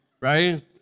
right